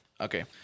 Okay